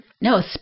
No